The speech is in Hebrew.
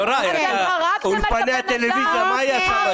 אתם הרגתם את הבן אדם.